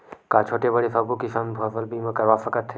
का छोटे बड़े सबो किसान फसल बीमा करवा सकथे?